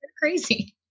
crazy